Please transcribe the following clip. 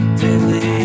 daily